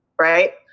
right